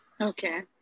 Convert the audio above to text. okay